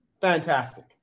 Fantastic